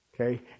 Okay